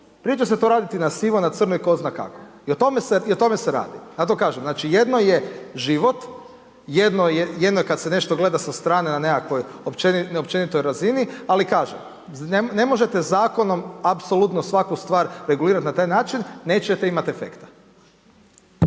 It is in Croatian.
Prije će se to raditi na sivo, na crno i tko zna kako. I o tome se radi. Zato kažem, znači jedno je život, jedno je kada se nešto gleda sa strane na nekakvoj općenitoj razini ali kažem, ne možete zakonom apsolutno svaku stvar regulirati na taj način nećete imati efekta.